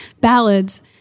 ballads